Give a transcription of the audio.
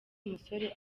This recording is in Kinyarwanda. umusore